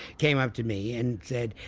came up to me and said,